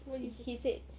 what did he say